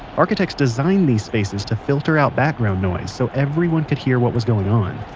architects designed these spaces to filter out background noise so everyone could hear what was going on.